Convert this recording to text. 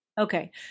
Okay